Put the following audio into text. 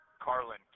Carlin